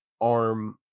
arm